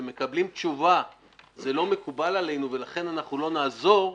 ומקבלים תשובה שזה לא מקובל עלינו ולכן לא נעזור,